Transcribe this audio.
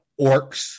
orcs